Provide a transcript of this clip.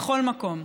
בכל מקום.